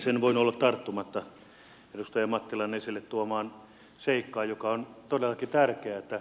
en voinut olla tarttumatta edustaja mattilan esille tuomaan seikkaan joka on todellakin tärkeä